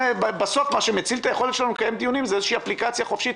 בסוף מה שמציל את היכולת שלנו לקיים דיונים זה איזו אפליקציה חופשית,